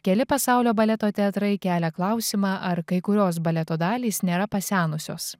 keli pasaulio baleto teatrai kelia klausimą ar kai kurios baleto dalys nėra pasenusios